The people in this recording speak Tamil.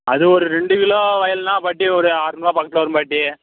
அது ஒரு ரெண்டு கிலோ வயல்னால் பாட்டி ஒரு அறநூறுரூவா பக்கத்தில் வரும் பாட்டி